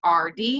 rd